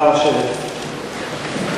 נא לשבת.